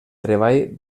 treball